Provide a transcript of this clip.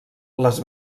les